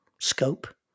scope